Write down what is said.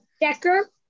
Decker